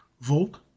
Volt